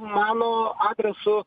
mano adresu